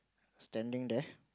standing there